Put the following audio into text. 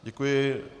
Děkuji.